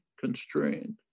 constrained